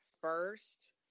first